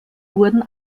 wurden